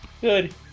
Good